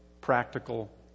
practical